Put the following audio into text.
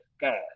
God